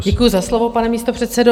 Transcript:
Děkuji za slovo, pane místopředsedo.